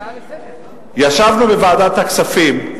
ישבנו בוועדת הכספים,